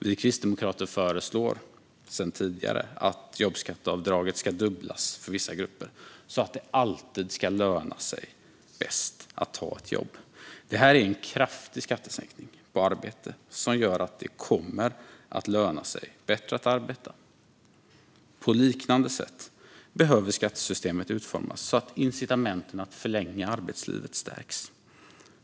Vi kristdemokrater föreslår sedan tidigare att jobbskatteavdraget ska dubblas för vissa grupper så att det alltid ska löna sig bäst att ta ett jobb. Det här är en kraftig skattesänkning på arbete som gör att det kommer att löna sig bättre att arbeta. På liknande sätt behöver skattesystemet utformas så att incitamenten att förlänga arbetslivet stärks.